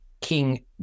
King